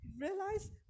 realize